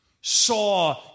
saw